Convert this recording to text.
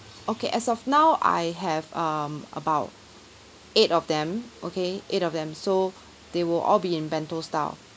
okay as of now I have um about eight of them okay eight of them so they will all be in bento style